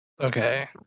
okay